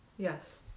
Yes